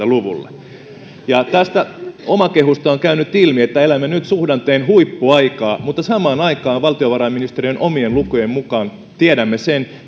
luvulle tästä omakehusta on käynyt ilmi että elämme nyt suhdanteen huippuaikaa mutta samaan aikaan valtiovarainministeriön omien lukujen mukaan tiedämme sen